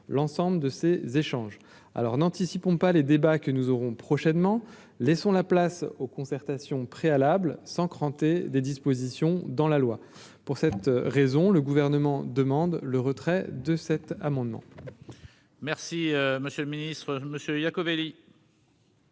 l'ensemble de ces échanges, alors, n'anticipons pas les débats que nous aurons prochainement, laissons la place aux concertations préalables sans cranté des dispositions dans la loi, pour cette raison, le gouvernement demande le retrait de cet amendement. Merci monsieur le ministre, monsieur Iacovelli.